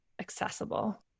Accessible